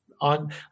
on